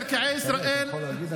אתה יכול להגיד.